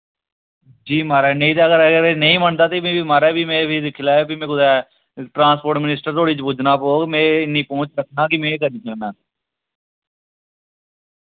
जी महाराज नेईं ते अगर अगर एह् नेईं मन्नदा ते में फ्ही महाराज फ्ही में दिक्खी लैएओ फ्ही में कुतै ट्रांसपोर्ट मिनिस्टर धोड़ी पुज्जना पौग में इन्नी पौंह्च रक्खना के में एह् करी सकनां